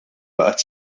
baqgħet